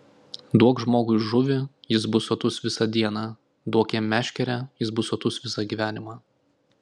duok žmogui žuvį jis bus sotus visą dieną duok jam meškerę jis bus sotus visą gyvenimą